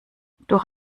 durch